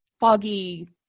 foggy